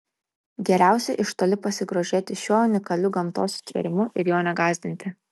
geriausia iš toli pasigrožėti šiuo unikaliu gamtos sutvėrimu ir jo negąsdinti